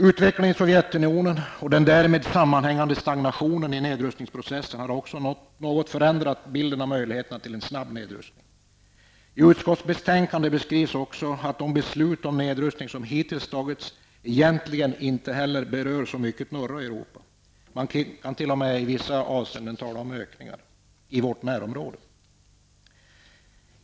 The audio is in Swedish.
Utvecklingen i Sovjetunionen och den därmed sammanhängande stagnationen i nedrustningsprocessen har också något förändrat bilden av möjligheterna till snabb nedrustning. I utskottsbetänkandet skrivs också att de beslut om nedrustning som hittills har fattats egentligen inte så mycket berör norra Europa. Man kan t.o.m. i vissa avseenden tala om ökningar i vårt närområde.